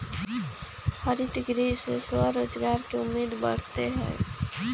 हरितगृह से स्वरोजगार के उम्मीद बढ़ते हई